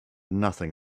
nothing